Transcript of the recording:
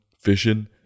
fishing